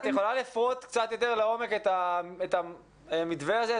את יכולה לפרוט קצת יותר לעומק את המתווה הזה,